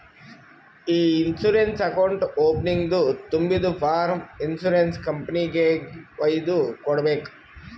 E insurance account ಓಪನಿಂಗ್ದು ತುಂಬಿದು form insurance ಕಂಪನಿಗೆಗ್ ವೈದು ಕೊಡ್ಬೇಕ್